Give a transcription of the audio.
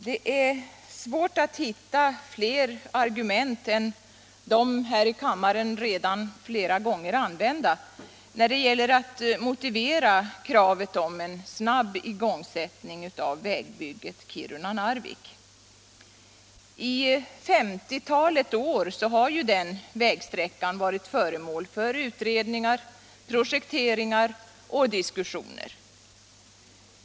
Herr talman! När det gäller kravet på en snar igångsättning av vägbygget Kiruna-Narvik är det svårt att hitta fler argument än dem som flera gånger använts här i kammaren. I ett 50-tal år har den vägsträckan varit föremål för utredningar, projekteringar och diskussioner.